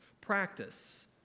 practice